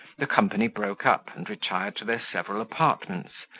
the company broke up, and retired to their several apartments,